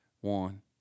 one